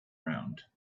round